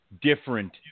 different